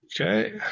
Okay